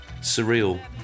surreal